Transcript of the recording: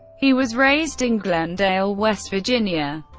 he was raised in glen dale, west virginia.